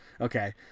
Okay